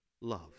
love